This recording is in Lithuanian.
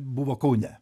buvo kaune